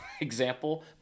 example